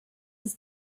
ist